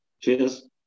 Cheers